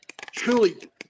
Truly